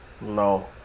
No